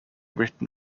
written